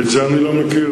את זה אני לא מכיר,